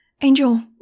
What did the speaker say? Angel